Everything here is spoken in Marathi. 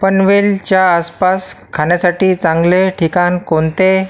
पनवेलच्या आसपास खाण्यासाठी चांगले ठिकाण कोणते